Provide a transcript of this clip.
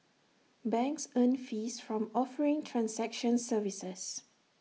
banks earn fees from offering transaction services